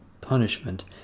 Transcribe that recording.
punishment